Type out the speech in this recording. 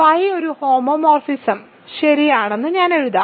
phi ഒരു homomorphism ശരിയാണെന്ന് ഞാൻ എഴുതാം